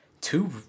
two